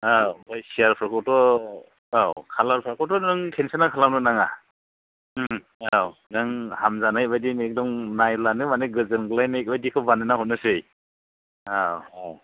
औ ओमफ्राय सियारफोखौथ' औ कालारफोरखौथ' नों टेनसनानो खालामनो नाङा औ नों हामजानाय बायदिनो एकदम नायब्लानो माने गोजोनग्लायनाय बायदिखौ बानायना हरनोसै औ औ